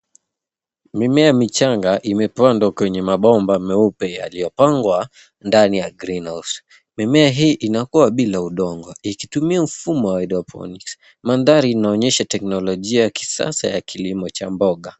Mimea michanga imepandwa kwenye mabomba meupe yaliyopangwa ndani ya green house . Mimea hii inakua bila udongo ikitumia mfumo wa hydroponics . Mandhari inaonyesha teknolojia ya kisasa ya kilimo cha mboga.